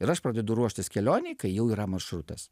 ir aš pradedu ruoštis kelionei kai jau yra maršrutas